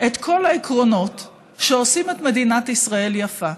את כל העקרונות שעושים את מדינת ישראל יפה,